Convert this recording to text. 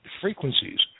frequencies